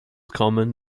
common